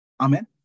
Amen